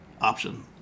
option